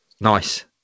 nice